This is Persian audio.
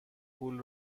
پول